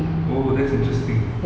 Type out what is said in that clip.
oh that's interesting